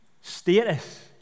Status